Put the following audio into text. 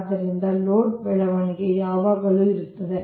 ಆದ್ದರಿಂದ ಲೋಡ್ ಬೆಳವಣಿಗೆ ಯಾವಾಗಲೂ ಇರುತ್ತದೆ